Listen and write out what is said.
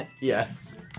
Yes